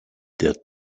der